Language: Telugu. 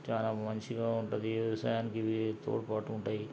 చాలా మంచిగా ఉంటుంది వ్యవసాయానికి ఇవి తోడ్పాటు ఉంటయి